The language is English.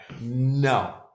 No